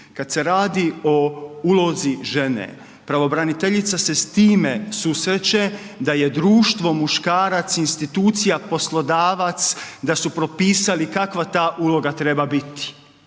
Kad se radi o ulozi žene pravobraniteljica se s time susreće da je društvo muškarac, institucija, poslodavac, da su propisali kakva ta uloga treba biti.